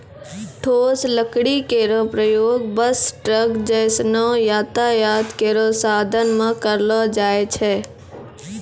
ठोस लकड़ी केरो प्रयोग बस, ट्रक जैसनो यातायात केरो साधन म करलो जाय छै